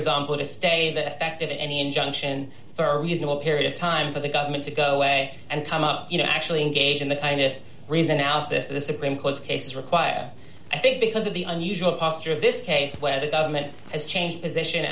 example to stay that effective any injunction for a reasonable period of time for the government to go away and come up you know actually engage in the kind if reason now is this the supreme court's cases require i think because of the unusual posture of this case where the government has changed position